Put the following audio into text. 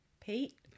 Pete